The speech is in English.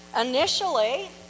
Initially